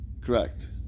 Correct